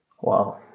wow